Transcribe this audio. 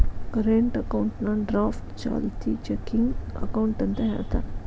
current ಅಕೌಂಟ್ನಾ draft ಚಾಲ್ತಿ checking account ಅಂತ ಹೇಳ್ತಾರ